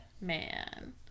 man